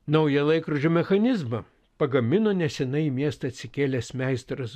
naują laikrodžio mechanizmą pagamino neseniai į miestą atsikėlęs meistras